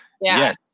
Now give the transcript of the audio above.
yes